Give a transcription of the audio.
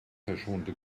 verschonte